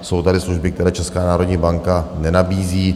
Jsou tady služby, které Česká národní banka nenabízí.